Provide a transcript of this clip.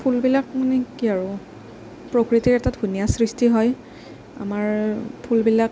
ফুলবিলাক মানে কি আৰু প্ৰকৃতিৰ এটা ধুনীয়া সৃষ্টি হয় আমাৰ ফুলবিলাক